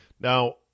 Now